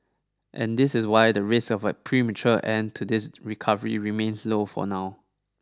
and this is why the risk of a premature end to this recovery remains low for now